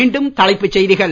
மீண்டும்தலைப்புச் செய்திகள்